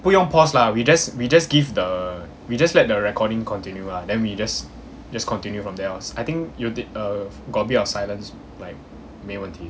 不用 pause lah we just we just give the we just let the recording continue lah then we just just continue from there orh I think 有 uh got a bit of silence like 没问题